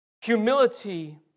Humility